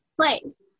plays